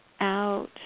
out